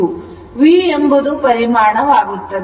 V ಎಂಬುದು ಪರಿಮಾಣಆಗುತ್ತದೆ